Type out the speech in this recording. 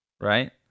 Right